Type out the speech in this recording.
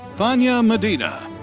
thania medina.